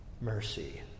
Mercy